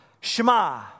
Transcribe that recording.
Shema